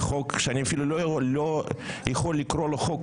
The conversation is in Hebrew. זה חוק שאני אפילו לא יכול לקרוא לו חוק.